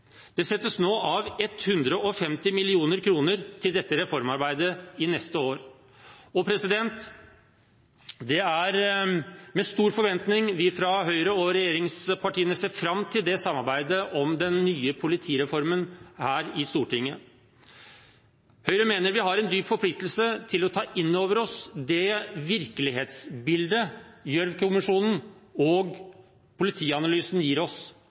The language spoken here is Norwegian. Det settes nå av 150 mill. kr til dette reformarbeidet for neste år. Det er med stor forventning vi fra Høyre – og regjeringspartiene – ser fram til samarbeidet om den nye politireformen her i Stortinget. Høyre mener vi har en dyp forpliktelse til å ta inn over oss det virkelighetsbildet Gjørv-kommisjonen og Politianalysen gir oss